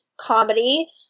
comedy